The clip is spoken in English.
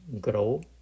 grow